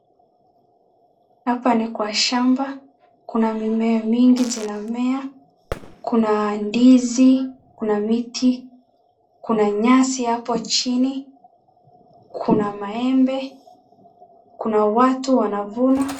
Hapa ni kwa shamba, kuna mimea mingi zinamea, kuna ndizi, kuna miti, kuna nyasi hapo chini ,kuna maembe, kuna watu wanavuna.